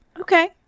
Okay